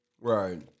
Right